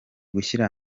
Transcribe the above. gushyira